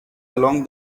along